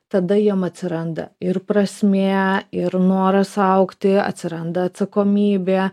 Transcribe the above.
tada jiem atsiranda ir prasmė ir noras augti atsiranda atsakomybė